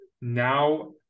now